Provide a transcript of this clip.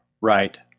right